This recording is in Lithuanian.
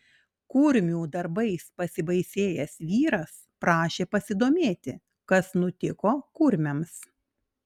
kurmių darbais pasibaisėjęs vyras prašė pasidomėti kas nutiko kurmiams